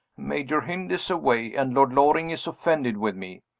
major hynd is away, and lord loring is offended with me.